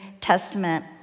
Testament